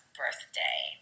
birthday